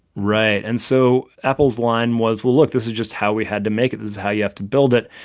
right. and so apple's line was, well, look. this is just how we had to make it. this is how you have to build it.